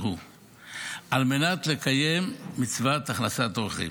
הוא על מנת לקיים מצוות הכנסת אורחים.